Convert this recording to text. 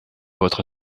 votre